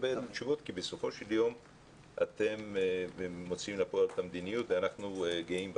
בסופו של יום אתם מוציאים לפועל את המדיניות ואנחנו גאים בכם.